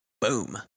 Boom